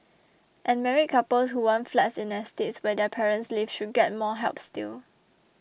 and married couples who want flats in estates where their parents live should get more help still